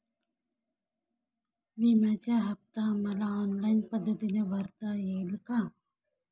विम्याचा हफ्ता मला ऑनलाईन पद्धतीने भरता येईल का?